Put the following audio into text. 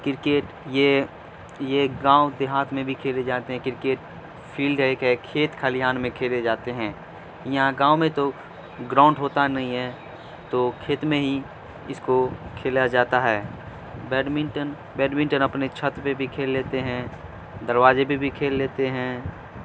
cricket یہ یہ گاؤں دیہات میں بھی کھیلے جاتے ہیں کرکٹ فیلڈ ہے ایک ہے کھیت کھلیان میں کھیلے جاتے ہیں یہاں گاؤں میں تو گراؤنڈ ہوتا نہیں ہے تو کھیت میں ہی اس کو کھیلا جاتا ہے بیڈمنٹن بیڈمنٹن اپنے چھت پہ بھی کھیل لیتے ہیں دروازے پہ بھی کھیل لیتے ہیں